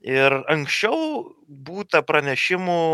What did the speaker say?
ir anksčiau būta pranešimų